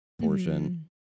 portion